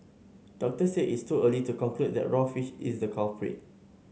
doctors said it is too early to conclude that raw fish is the culprit